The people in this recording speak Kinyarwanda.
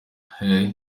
hey